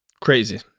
Crazy